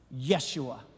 Yeshua